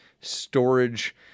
storage